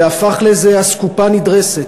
שהפך לאיזה אסקופה נדרסת?